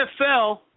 NFL